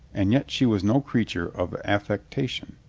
and yet she was no creature of aff ectation.